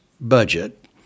budget